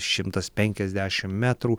šimtas penkiasdešimt metrų